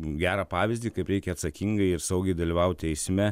gerą pavyzdį kaip reikia atsakingai ir saugiai dalyvauti eisme